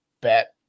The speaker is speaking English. bet